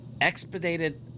expedited